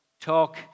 talk